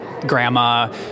grandma